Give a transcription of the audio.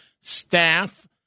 staff